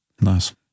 Nice